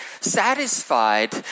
satisfied